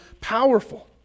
powerful